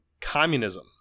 communism